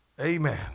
Amen